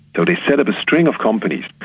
so they set up a string of companies.